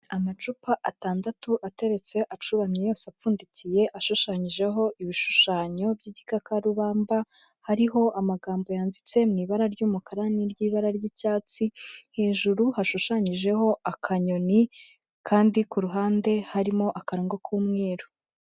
Amacupa atandatu ateretse, acuramye yose apfundikiye, ashushanyijeho ibishushanyo by'igikakarubamba, hariho amagambo yanditse mu ibara ry'umukara n'iry'ibara ry'icyatsi, hejuru hashushanyijeho akanyoni kandi ku ruhande harimo akarongo k'umweru.